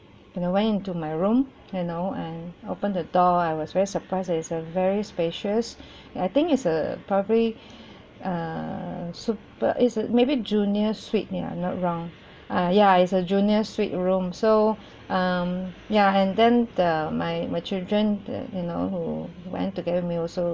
when I went into my room you know and opened the door I was very surprised that it's a very spacious I think is uh probably err super~ is uh maybe junior suite ya I'm not wrong ah ya it's a junior suite room so um ya and then the my my children the you know who went together with me also